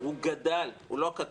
הוא גדל, הוא לא קטן.